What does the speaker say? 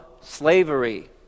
slavery